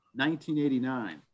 1989